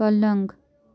پَلنٛگ